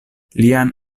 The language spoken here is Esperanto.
lian